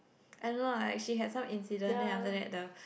I don't know like she had some incident then after that the